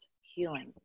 healing